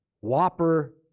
whopper